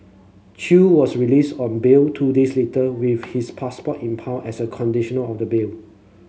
Chew was released on bail two days later with his passport impounded as a conditional of the bail